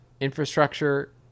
infrastructure